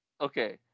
okay